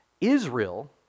Israel